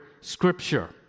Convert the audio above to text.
scripture